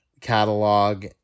catalog